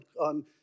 on